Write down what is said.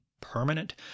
permanent